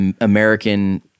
American